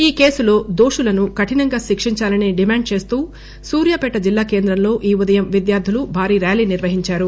ఈ కేసులో దోషులను కఠినంగా శిక్షించాలని డిమాండ్ చేస్తూ సూర్యాపేట జిల్లాకేంద్రంలో ఈ ఉదయం విద్యార్థులు భారీ ర్యాలీ నిర్వహించారు